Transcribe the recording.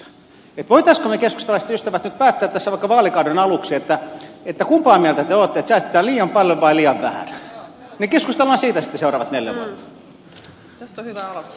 voisimmeko me keskustalaiset ystävät nyt päättää tässä vaikka vaalikauden aluksi kumpaa mieltä te olette säästetään liian paljon vai liian vähän niin keskustellaan siitä sitten seuraavat neljä vuotta